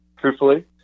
truthfully